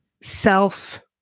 self